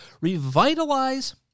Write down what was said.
revitalize